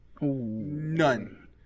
None